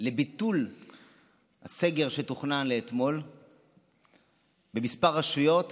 לביטול הסגר שתוכנן לאתמול בכמה רשויות